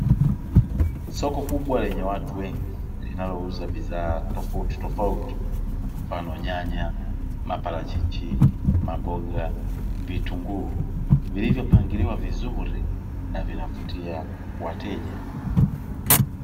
Soko kubwa lenye watu wengi, linalouza bidhaa tofautitofauti mfano: nyanya, maparachichi, maboga, vitunguu vilivyopangiliwa vizuri na vinavutia wateja.